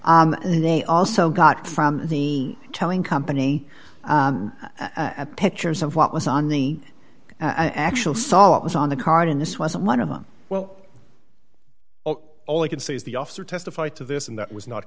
they also got from the telling company at pictures of what was on the actual saw it was on the card and this wasn't one of them well all i can say is the officer testified to this and that was not